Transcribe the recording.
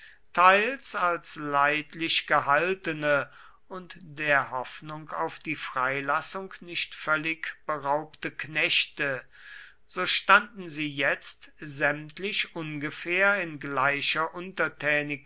teils als leidlich gehaltene und der hoffnung auf die freilassung nicht völlig beraubte knechte so standen sie jetzt sämtlich ungefähr in gleicher